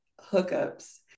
hookups